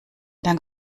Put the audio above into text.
dank